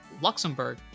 Luxembourg